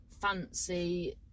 fancy